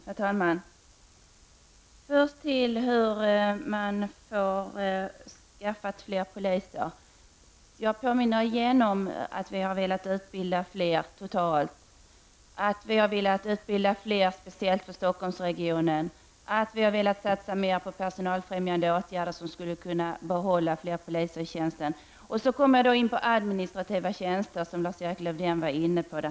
Herr talman! Först vill jag ta upp frågan om hur man får fram fler poliser. Jag påminner igen om att vi har velat utbilda fler totalt sett, att vi har velat utbilda fler speciellt för Stockholmsregionen och att vi har velat satsa mer på personalfrämjande åtgärder, vilket skulle kunna leda till att fler poliser behålls i tjänsten. Jag kommer då in på de administrativa tjänsterna, vilket Lars-Erik Lövdén tog upp.